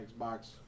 Xbox